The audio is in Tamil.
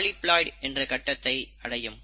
இதனால் பாலிபிலாய்டி என்ற கட்டத்தை அடையும்